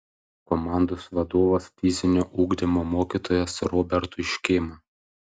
komandos vadovas fizinio ugdymo mokytojas robertui škėma